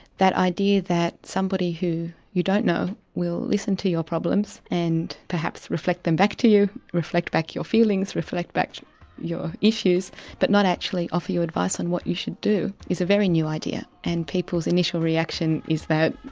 that idea that somebody who you don't know will listen to your problems and perhaps reflect them back to you, reflect back your feelings, reflect back your issues but not actually offer you advice on what you should do is a very new idea. and people's initial reaction is that,